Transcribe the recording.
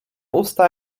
usta